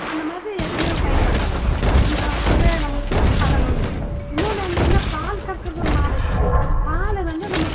அந்த மாதிரி எத்தனையோ பயன்படுத்தலாம் அதில் நம்மளுக்கு பலன் உண்டு இன்னொன்று என்னென்னா பால் கறக்கிறது ஒரு மாடு இருக்குது பாலை வந்து நம்ம